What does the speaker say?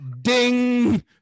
Ding